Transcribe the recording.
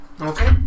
Okay